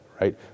right